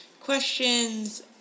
questions